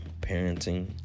parenting